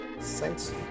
Thanks